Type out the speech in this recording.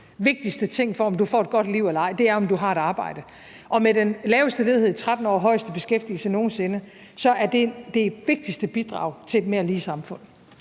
vigtigste ting for, om du får et godt liv eller ej, er, om du har et arbejde. Og med den laveste ledighed i 13 år og den højeste beskæftigelse nogen sinde er det det vigtigste bidrag til et mere lige samfund.